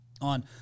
on